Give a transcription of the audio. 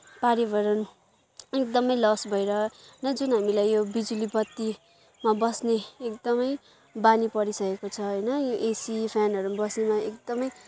पर्यावरण एकदमै लस भएर न जुन हामीलाई यो बिजुली बत्तीमा बस्ने एकदमै बानी परिसकेको छ होइन यो एसी फ्यानहरूमा बस्ने एकदमै